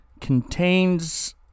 contains